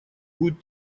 будет